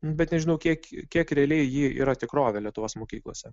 bet nežinau kiek kiek realiai ji yra tikrovė lietuvos mokyklose